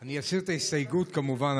אני אסיר את ההסתייגות כמובן,